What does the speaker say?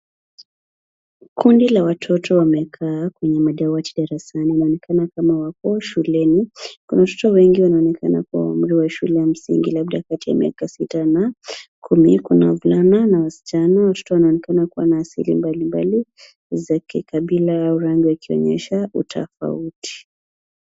Kundi la watoto wamekaa kwenye madawati darasani, wanaonekana kama wako shuleni. Watoto wengi wanaonekana kuwa wa umri wa shule ya msingi labda katika miaka sita na kuma Kuna wavulana na wasichana, watoto wanaonkena kuwa na asili mbalimbali za kikabila au rangi wakionyesha utofauti.